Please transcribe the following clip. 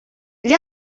gli